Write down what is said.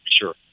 sure